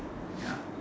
ya